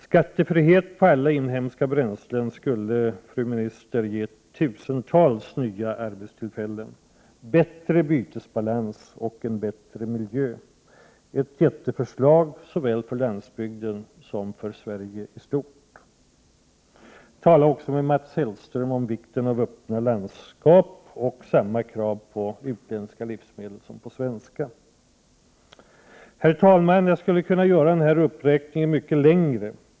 Skattefrihet på alla inhemska bränslen skulle, fru minister, ge tusentals nya arbetstillfällen, bättre bytesbalans och en bättre miljö. Det är ett jätteförslag såväl för landsbygden som för Sverige i stort. Tala också med Mats Hellström om vikten av öppna landskap och samma krav på utländska livsmedel som på svenska. Herr talman! Jag skulle kunna göra denna uppräkning mycket längre.